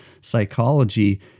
psychology